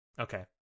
Okay